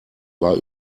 war